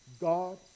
God